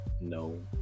no